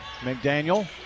McDaniel